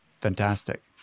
Fantastic